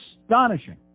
astonishing